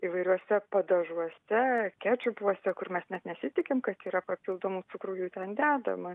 įvairiuose padažuose kečupuose kur mes net nesitikim kad yra papildomų cukrų jų ten dedama